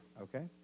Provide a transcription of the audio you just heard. okay